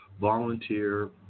volunteer